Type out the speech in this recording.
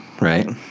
right